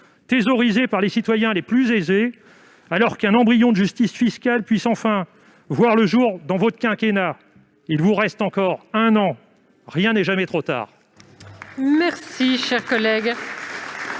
thésaurisé par les citoyens les plus aisés, afin qu'un embryon de justice fiscale puisse enfin voir le jour dans votre quinquennat ? Il vous reste encore un an. Rien n'est jamais trop tard ... La parole est